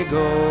go